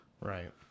Right